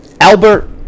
Albert